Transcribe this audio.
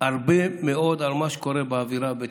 הרבה מאוד על מה שקורה באווירה הבית-ספרית.